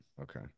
Okay